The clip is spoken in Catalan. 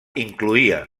incloïa